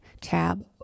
tab